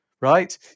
right